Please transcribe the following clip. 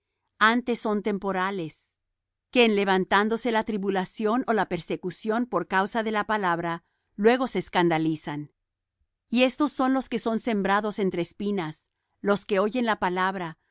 antes son temporales que en levantándose la tribulación ó la persecución por causa de la palabra luego se escandalizan y éstos son los que son sembrados entre espinas los que oyen la palabra